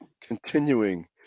Continuing